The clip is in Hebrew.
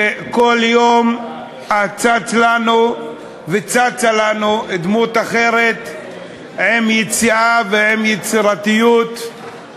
כל הזמן חוזר במתכונת אחרת ומשתמש וחושב רבות ועכשיו יש לו,